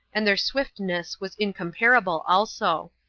and their swiftness was incomparable also.